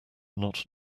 not